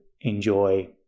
enjoy